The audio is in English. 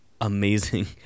amazing